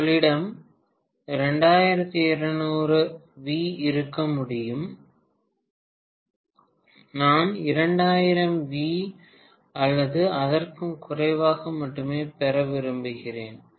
உங்களிடம் 2200 வி இருக்க முடியும் நான் 2000 வி அல்லது அதற்கும் குறைவாக மட்டுமே பெற விரும்புகிறேன்